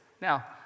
Now